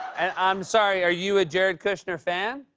i'm sorry. are you a jared kushner fan?